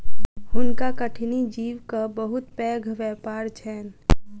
हुनका कठिनी जीवक बहुत पैघ व्यापार छैन